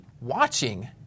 watching